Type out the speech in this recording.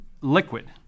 liquid